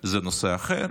זה נושא אחר,